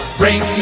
bring